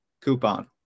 coupon